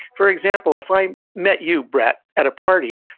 for example, if i met you, brett, at a party,